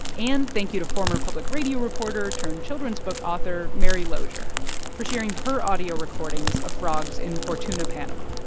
and thank you to former public radio reporter turned children's book author mary losure for sharing her audio recordings of frogs in fortuna, panama.